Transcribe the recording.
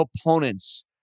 opponents